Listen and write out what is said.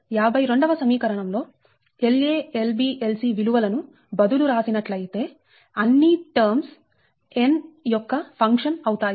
52 వ సమీకరణం లో La Lb Lc విలువల ను బదులు రాసినట్లయితే అన్ని టర్మ్స్ n యొక్క ఫంక్షన్ అవుతాయి